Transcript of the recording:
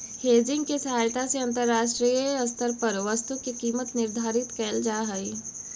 hedging के सहायता से अंतरराष्ट्रीय स्तर पर वस्तु के कीमत निर्धारित कैल जा हई